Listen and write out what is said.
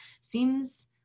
seems